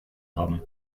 haben